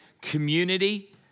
community